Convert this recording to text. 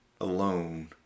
alone